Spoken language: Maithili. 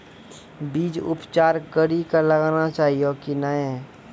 बीज उपचार कड़ी कऽ लगाना चाहिए कि नैय?